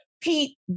Pete